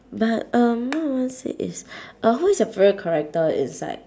but um what was it is uh who is your favourite character inside